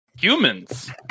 humans